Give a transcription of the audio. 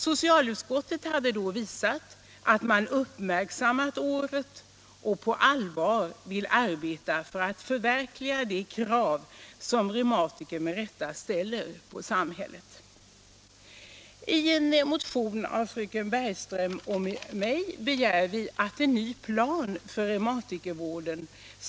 Socialutskottet hade då visat att det uppmärksammade året och att det på allvar vill arbeta för att uppfylla de krav som reumatikerna med rätta ställer på samhället. I en motion av fröken Bergström och mig begär vi att det skall utarbetas en ny plan för reumatikervården.